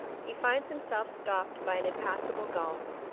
he finds himself stopped by an impassable gulf.